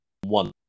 one